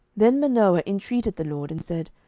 then manoah intreated the lord, and said,